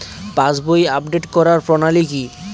পাসবই update করার প্রণালী কি?